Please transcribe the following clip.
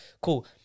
Cool